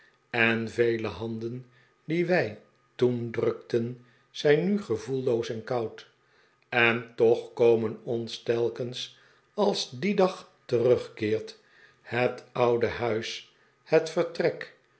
en vele handen die wij toen drukten zijn nu gevoelloos en koud en toch komen ons telkens als die dag terugkeert het oude huis het vertrek